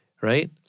right